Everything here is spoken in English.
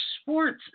sports